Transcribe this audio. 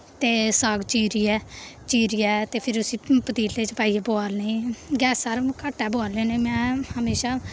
ते साग चीरियै चीरियै ते फिर उस्सी पतीले च पाइयै बोआलनी गैसा पर घट्ट गै बोआलने होन्नें में हमेशा